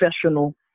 professional